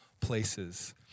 places